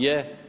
Je.